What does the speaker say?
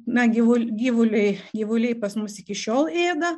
na gyvu gyvuliai gyvuliai pas mus iki šiol ėda